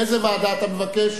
לאיזו ועדה אתה מבקש?